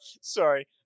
sorry